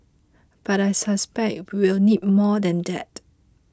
but I suspect we will need more than that